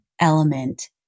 element